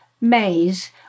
Maze